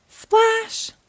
Splash